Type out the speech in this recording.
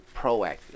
proactive